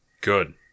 Good